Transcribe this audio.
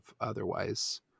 otherwise